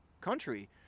country